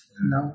No